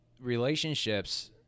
relationships